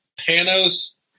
Panos